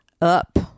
up